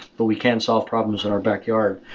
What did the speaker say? but we can solve problems in our backyard.